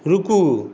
रूकु